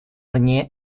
вне